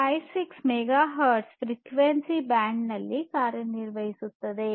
56 megahertz ಫ್ರಿಕ್ವೆನ್ಸಿನ ಬ್ಯಾಂಡ್ನಲ್ಲಿ ಕಾರ್ಯನಿರ್ವಹಿಸುತ್ತದೆ